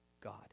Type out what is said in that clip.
God